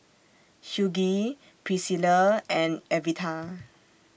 Hughey Pricilla and Evita